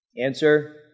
Answer